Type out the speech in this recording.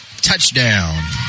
touchdown